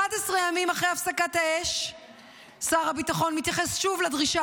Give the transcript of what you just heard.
11 ימים אחרי הפסקת האש שר הביטחון מתייחס שוב לדרישה